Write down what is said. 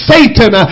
Satan